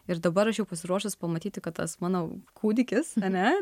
ir dabar aš jau pasiruošus pamatyti kad tas mano kūdikis ane